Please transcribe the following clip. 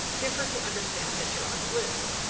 give her to understand that you're on the list,